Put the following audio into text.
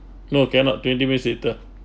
no cannot twenty minutes later